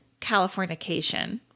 Californication